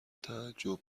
تعجب